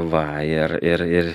va ir ir ir